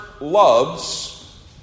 loves